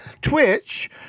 Twitch